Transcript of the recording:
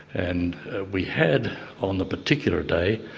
and we had on a particular day.